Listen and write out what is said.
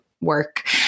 work